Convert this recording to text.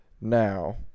Now